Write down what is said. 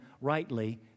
rightly